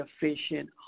efficient